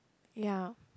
ya